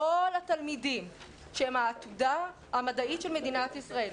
כל התלמידים שהם העתודה המדעית של מדינת ישראל,